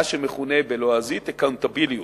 מה שמכונה בלועזית accountability,